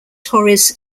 torres